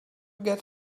get